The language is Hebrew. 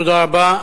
תודה רבה.